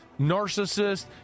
narcissist